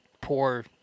poor